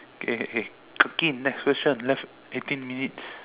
K K K quickly next question left eighteen minutes